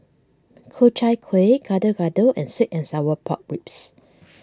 Ku Chai Kuih Gado Gado and Sweet and Sour Pork Ribs